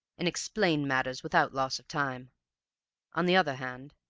and explain matters without loss of time on the other hand,